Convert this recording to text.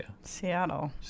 Seattle